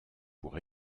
pour